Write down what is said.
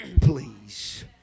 please